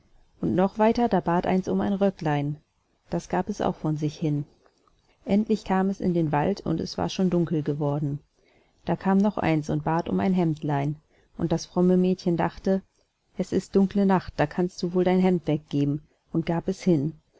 und noch weiter da bat eins um ein röcklein das gab es auch von sich hin endlich kam es in wald und es war schon dunkel geworden da kam noch eins und bat um ein hemdlein und das fromme mädchen dachte es ist dunkele nacht da kannst du wohl dein hemd weggeben und gab es hin